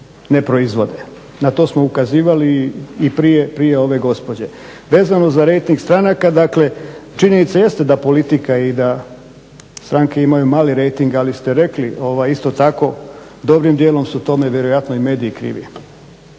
Na to smo ukazivali i prije ove gospođe. Vezano za rejting stranaka, dakle činjenica jeste da politika i da stranke imaju mali rejting ali ste rekli isto tako dobrim dijelom su tome vjerojatno i